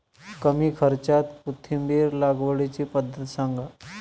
कमी खर्च्यात कोथिंबिर लागवडीची पद्धत सांगा